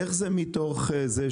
איך זה מתוך זה?